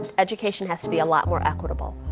education has to be a lot more equitable.